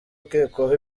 ukekwaho